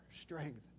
strength